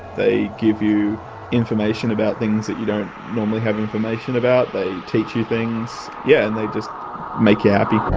they give you information about things that you don't normally have information about, they teach you things, yeah and they just make you happy.